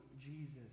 Jesus